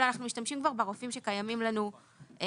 אלא אנחנו משתמשים כבר ברופאים שקיימים לנו בחוק,